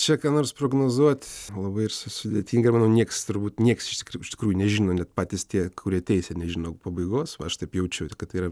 čia ką nors prognozuot labai ir s sudėtinga ir manau nieks turbūt nieks iš tikrųjų iš tikrųjų nežino net patys tie kurie teisia nežino pabaigos aš taip jaučiu kad tai yra